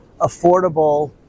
affordable